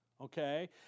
okay